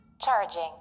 Charging